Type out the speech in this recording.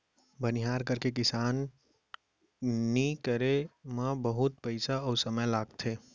बनिहार करके किसानी करे म बहुत पइसा अउ समय लागथे